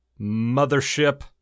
mothership